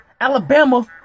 Alabama